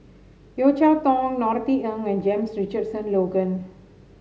Yeo Cheow Tong Norothy Ng and James Richardson Logan